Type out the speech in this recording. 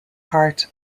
heart